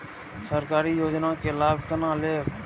सरकारी योजना के लाभ केना लेब?